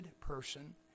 person